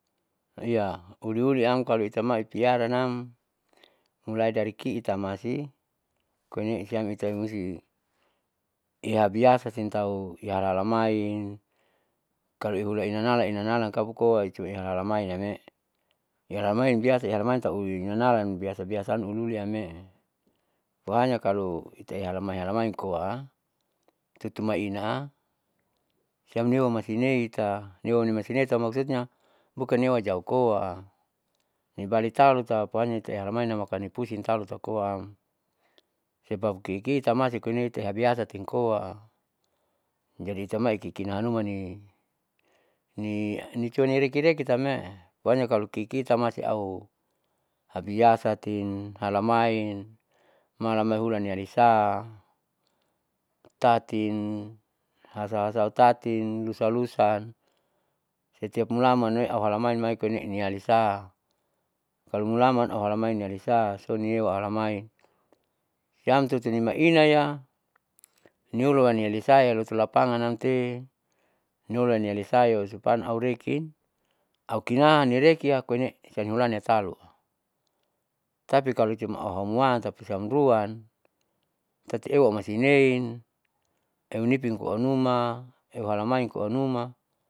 Iya uliuliam kalo itamai piara nam mulai dari ki'itamasi koeneesiam itai musi iyabiasa seng tau iyahalalamain kaloihulali inanala inanalan kabukoa ituea halalamain nam me'e. iyahalalamain biasa iyahalalamain tauiinanalan biasa biasaan uliuli namme'e po hanya kalu, itae halamain halamain koa tutu mai'ina siamneu masineita neumasineita maksudnya bukan newajau koa nibalik tauta po hanyate halamain namakani pusing tautakoaam sebab kiki tamasi koene'e tehabiasatn koa. jadi itamai kiki hanumanni nitua nirikirikitamne'e po hanya kalo kiki tamasi au hal biasatin, halamain, malam lai hulani alisa, tatin, hasasau tatin lusalusan. setiap mulamanne auhalamain mai koene nialisa kalo mulaman auhalamain nialisa soeneo alamai siam tutunima inaya niulu anialisa lutulapangan namte niulu anialisaya usupan aureki au kinahan yareki yakoene'e siahulaninasalo tapi kalo cuma auhounwan tapisiamruan tati euwamasinein eunipin koanuma euhalamain koanuma.